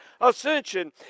ascension